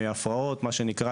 מהפרעות מה שנקרא,